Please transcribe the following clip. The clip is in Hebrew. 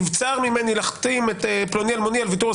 נבצר ממני להחתים את פלוני אלמוני על ויתור על